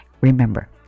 remember